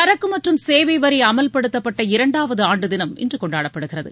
சரக்கு மற்றும் சேவை வரி அமல்படுத்தப்பட்ட இரண்டாவது ஆண்டு தினம் இன்று கொண்டாடப்படுகிறது